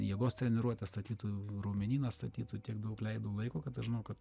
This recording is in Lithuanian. jėgos treniruotes statytų raumenyną statytų tiek daug leidau laiko kad aš žinau kad